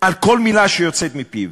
על כל מילה שיוצאת מפיו,